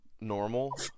normal